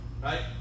Right